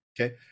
Okay